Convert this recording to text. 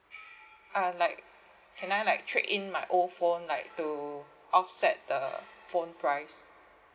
uh like can I like trade in my old phone like to offset the phone price